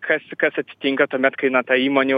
kas kas atsitinka tuomet kai na ta įmonių